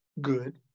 good